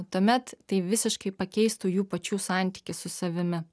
tuomet tai visiškai pakeistų jų pačių santykį su savimi